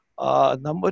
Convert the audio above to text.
Number